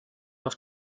auf